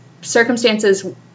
circumstances